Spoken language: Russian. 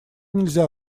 нельзя